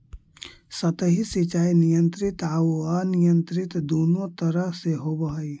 सतही सिंचाई नियंत्रित आउ अनियंत्रित दुनों तरह से होवऽ हइ